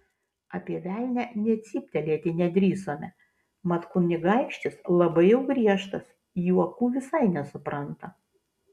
apie velnią nė cyptelėti nedrįsome mat kunigaikštis labai jau griežtas juokų visai nesupranta